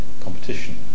competition